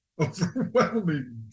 overwhelming